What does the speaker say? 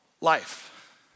Life